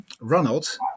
Ronald